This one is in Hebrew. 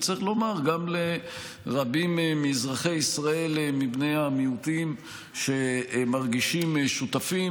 וצריך לומר שגם לרבים מאזרחי ישראל מבני המיעוטים שמרגישים שותפים,